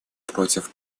против